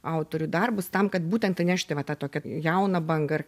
autorių darbus tam kad būtent įnešti va tą tokią jauną bangą ir